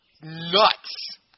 nuts